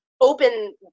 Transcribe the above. open